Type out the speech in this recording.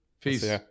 Peace